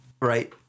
Right